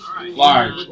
Large